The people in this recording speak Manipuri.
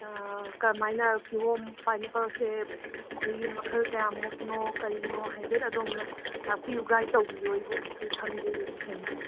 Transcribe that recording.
ꯀꯔꯝꯃꯥꯏꯅ ꯀꯤꯍꯣꯝ ꯄꯥꯏꯅꯦꯄꯜꯁꯦ ꯃꯈꯣꯏꯒꯤ ꯃꯈꯜ ꯀꯌꯥꯃꯨꯛꯅꯣ ꯀꯔꯤꯅꯣ ꯍꯥꯏꯐꯦꯠ ꯑꯗꯣꯝꯅ ꯇꯥꯛꯄꯤꯌꯨ ꯒꯥꯏꯠ ꯇꯧꯕꯤꯌꯨ ꯑꯩꯕꯨ ꯑꯩ ꯈꯪꯖꯗꯦ ꯇꯁꯦꯡꯅ